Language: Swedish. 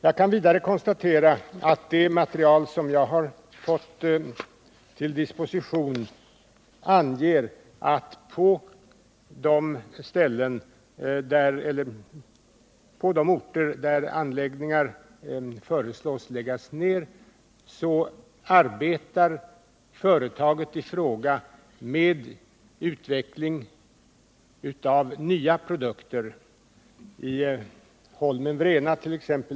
Jag kan vidare konstatera att det material som jag har fått till min disposition anger att på de orter där anläggningar föreslås läggas ner arbetar företaget i fråga med utveckling av nya produkter: i Holmen-Vrenat.ex.